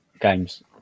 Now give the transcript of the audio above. games